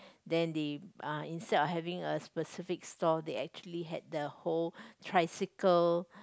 then they uh instead of having a specific store they actually had the whole tricycle